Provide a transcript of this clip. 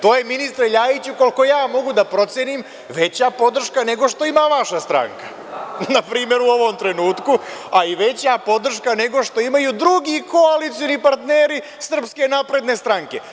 To je, ministre Ljajiću, koliko ja mogu da procenim, veća podrška nego što ima vaša stranka, npr. u ovom trenutku, a i veća podrška nego što imaju drugi koalicioni partneri SNS.